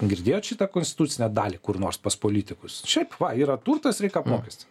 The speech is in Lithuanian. girdėjot šitą konstitucinę dalį kur nors pas politikus šiaip va yra turtas reik apmokestint